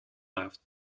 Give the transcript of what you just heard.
left